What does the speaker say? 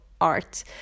art